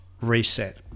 reset